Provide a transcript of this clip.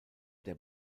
der